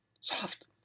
Soft